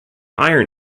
iron